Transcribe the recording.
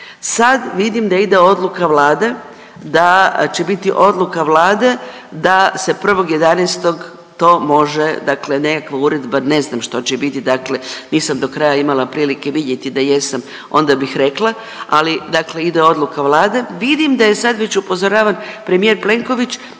Sad vidim da ide odluka Vlade da će biti odluka Vlade da se 1.11. to može, dakle nekakva uredba, ne znam što će biti, dakle nisam do kraja imala prilike vidjeti, da jesam onda bih rekla, ali dakle ide odluka Vlade, vidim da je sad već upozoravan premijer Plenković